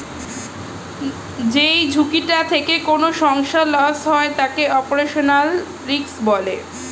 যেই ঝুঁকিটা থেকে কোনো সংস্থার লস হয় তাকে অপারেশনাল রিস্ক বলে